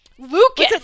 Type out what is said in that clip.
lucas